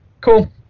Cool